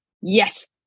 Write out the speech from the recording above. yes